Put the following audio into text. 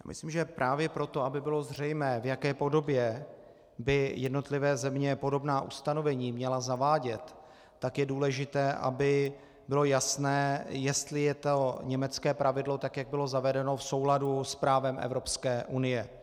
Myslím, že právě proto, aby bylo zřejmé, v jaké podobě by jednotlivé země podobná ustanovení měly zavádět, tak je důležité, aby bylo jasné, jestli je to německé pravidlo, tak jak bylo zavedeno, v souladu s právem Evropské unie.